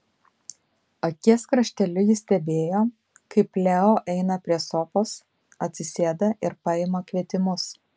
akies krašteliu ji stebėjo kaip leo eina prie sofos atsisėda ir paima kvietimus